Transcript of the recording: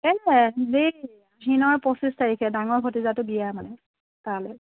এই হেৰি আহিনৰ পঁচিশ তাৰিখে ডাঙৰ ভটিজাটোৰ বিয়া মানে তালৈ